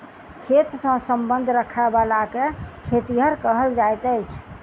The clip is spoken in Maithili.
खेत सॅ संबंध राखयबला के खेतिहर कहल जाइत अछि